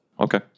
Okay